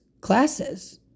classes